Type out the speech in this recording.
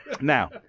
Now